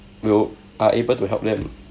will are able to help them